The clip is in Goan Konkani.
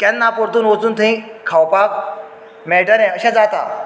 केन्ना परतून वचून थंय खावपाक मेळटलें अशें जाता